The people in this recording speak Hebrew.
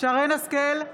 שרן מרים השכל,